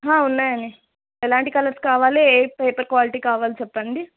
ఉన్నాయండి ఎలాంటి కలర్స్ కావాలి ఏ పేపర్ క్వాలిటీ కావాలి చెప్పండి